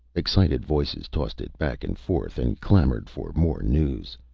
excited voices tossed it back and forth, and clamored for more news.